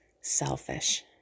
selfish